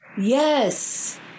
Yes